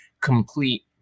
complete